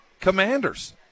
commanders